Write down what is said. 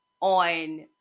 on